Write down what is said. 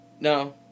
No